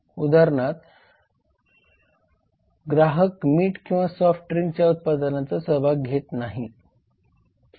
उदाहरणार्थ ग्राहक मीठ किंवा सॉफ्ट ड्रिंकच्या उत्पादनांमध्ये सहभाग घेत नाहीत